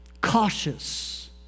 cautious